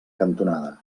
cantonada